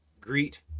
greet